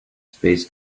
space